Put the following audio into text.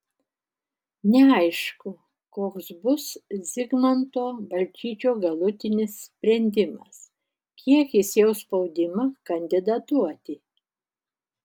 neaišku koks bus zigmanto balčyčio galutinis sprendimas kiek jis jaus spaudimą kandidatuoti